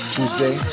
Tuesday